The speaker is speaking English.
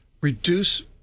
reduce